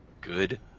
Good